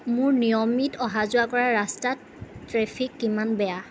মোৰ নিয়মিত অহা যোৱা কৰা ৰাস্তাত ট্ৰেফিক কিমান বেয়া